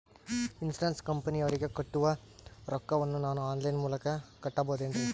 Insurance ಕಂಪನಿಯವರಿಗೆ ಕಟ್ಟುವ ರೊಕ್ಕ ವನ್ನು ನಾನು ಆನ್ ಲೈನ್ ಮೂಲಕ ಕಟ್ಟಬಹುದೇನ್ರಿ?